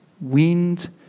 wind